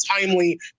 timely